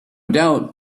doubt